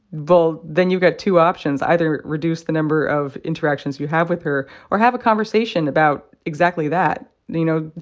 well, then you've got two options. either reduce the number of interactions you have with her, or have a conversation about exactly that, you know,